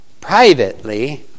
privately